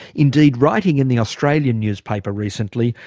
indeed writing in the australian newspaper recently,